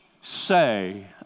Say